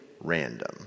random